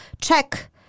check